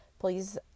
Please